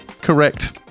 correct